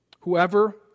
Whoever